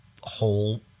whole